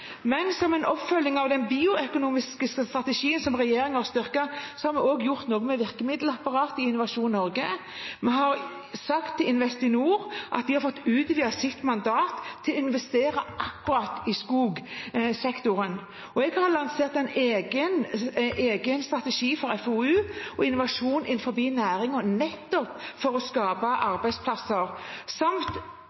i Innovasjon Norge. Vi har sagt til Investinor at de har fått utvidet sitt mandat til å investere akkurat i skogsektoren. Og jeg har lansert en egen strategi for FoU og innovasjon i næringen, nettopp for å skape